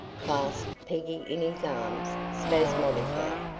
clasped peggy in his arms spasmodically,